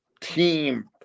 team